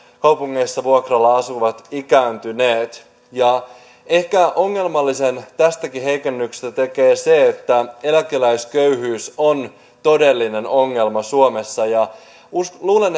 kaupungeissa vuokralla asuvat ikääntyneet ehkä ongelmallisen tästäkin heikennyksestä tekee se että eläkeläisköyhyys on todellinen ongelma suomessa ja luulen